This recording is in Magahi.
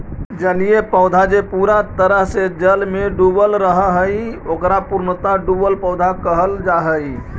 जलीय पौधा जे पूरा तरह से जल में डूबल रहऽ हई, ओकरा पूर्णतः डुबल पौधा कहल जा हई